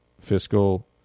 fiscal